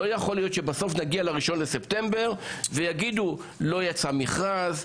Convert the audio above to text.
לא יכול להיות שבסוף נגיע ל-1 בספטמבר ויגידו: לא יצא מכרז,